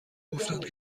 گفتند